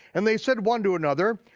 and they said one to another,